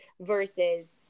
Versus